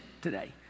today